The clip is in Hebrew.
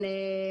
כן,